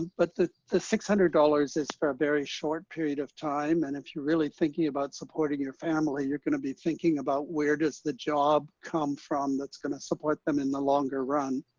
but the the six hundred dollars is for a very short period of time. and if you're really thinking about supporting your family, you're going to be thinking about where does the job come from that's going to support them in the longer run.